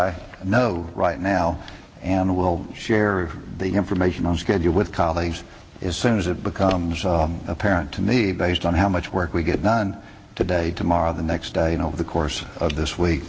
i know right now and i will share the information on schedule with colleagues is soon as it becomes apparent to me based on how much work we get done today tomorrow the next day the course of this week